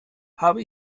habe